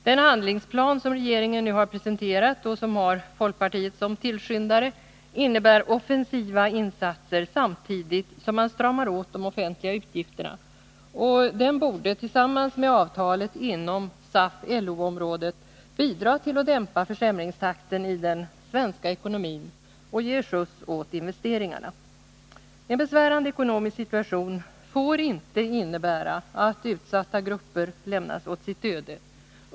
Den handlingsplan som regeringen nu har presenterat och som har folkpartiet som tillskyndare innebär offensiva insatser, samtidigt som man stramar åt de offentliga utgifterna. Den borde, tillsammans med avtalet inom SAF-LO-området, bidra till att dämpa försämringstakten i den svenska ekonomin och ge skjuts åt investeringarna. En besvärande ekonomisk situation får inte innebära att utsatta grupper lämnas åt sitt öde.